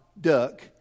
duck